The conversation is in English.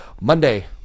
Monday